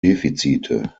defizite